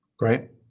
Right